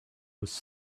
was